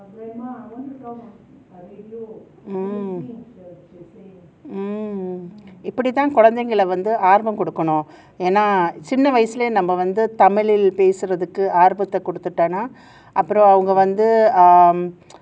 mm mm இப்படிதா குழந்தைகள வந்து ஆர்வம் குடுக்கணும் சின்ன வயசுலேயே இருந்தே தமிழ்ள பேசுறதுக்கு ஆர்வத்த கொடுத்துட்டோம்னா அப்ரம் அவங்க வந்து:ippaditha kulanthiaigala vanthu aarvam kudukkanum chinna vayasulaye irunthe thamilla pesurathukku aarvam koduthutomnaa apram avanga vanthu um